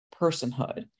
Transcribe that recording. personhood